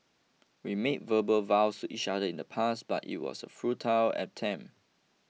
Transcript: we made verbal vows to each other in the past but it was a futile attempt